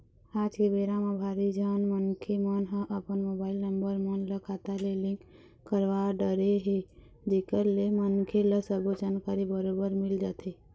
आज के बेरा म भारी झन मनखे मन ह अपन मोबाईल नंबर मन ल खाता ले लिंक करवा डरे हे जेकर ले मनखे ल सबो जानकारी बरोबर मिल जाथे